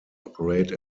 operate